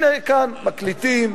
הנה כאן מקליטים,